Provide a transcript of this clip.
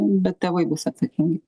bet tėvai bus atsakingi